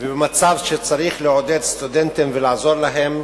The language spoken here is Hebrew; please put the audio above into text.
ובמצב שצריך לעודד סטודנטים ולעזור להם,